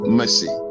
mercy